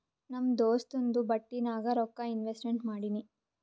ನಮ್ ದೋಸ್ತುಂದು ಬಟ್ಟಿ ನಾಗ್ ರೊಕ್ಕಾ ಇನ್ವೆಸ್ಟ್ಮೆಂಟ್ ಮಾಡಿನಿ